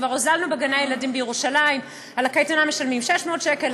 כבר הוזלנו בגני הילדים בירושלים: על הקייטנה משלמים 600 שקל,